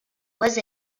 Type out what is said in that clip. was